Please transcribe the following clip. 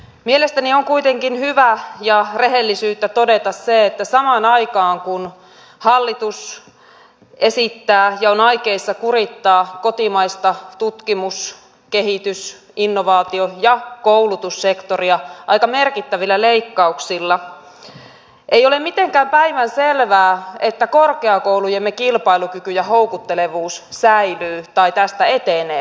mielestäni on kuitenkin hyvä ja rehellisyyttä todeta se että samaan aikaan kun hallitus esittää ja on aikeissa kurittaa kotimaista tutkimus kehitys innovaatio ja koulutussektoria aika merkittävillä leikkauksilla ei ole mitenkään päivänselvää että korkeakoulujemme kilpailukyky ja houkuttelevuus säilyy tai tästä etenee hyvässä myötätuulessa